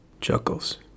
Chuckles